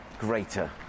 Greater